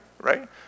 right